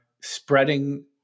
spreading